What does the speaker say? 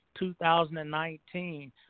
2019